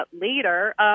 later